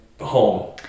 home